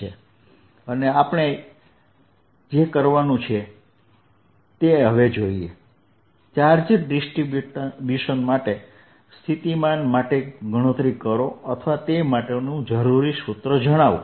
આગળ આપણે જે કરવાનું છે તે જોઈએ ચાર્જ ડિસ્ટ્રિબ્યુશન માટે સ્થિતિમાન માટે ગણતરી કરો અથવા તે માટેનું જરૂરી સૂત્ર જણાવો